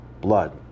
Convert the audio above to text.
blood